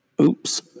oops